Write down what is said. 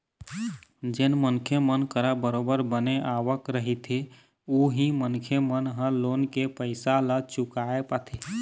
जेन मनखे मन करा बरोबर बने आवक रहिथे उही मनखे मन ह लोन के पइसा ल चुकाय पाथे